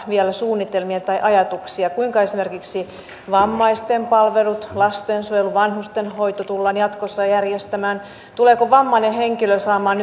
vielä suunnitelmia tai ajatuksia kuinka esimerkiksi vammaisten palvelut lastensuojelu vanhustenhoito tullaan jatkossa järjestämään tuleeko vammainen henkilö saamaan